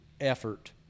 effort